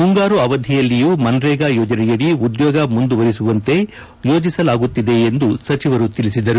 ಮುಂಗಾರು ಅವಧಿಯಲ್ಲಿಯೂ ಮನ್ರೇಗಾ ಯೋಜನೆಯಡಿ ಉದ್ಯೋಗ ಮುಂದುವರೆಸುವಂತೆ ಯೋಜಿಸಲಾಗುತ್ತಿದೆ ಎಂದು ಸಚಿವರು ತಿಳಿಸಿದರು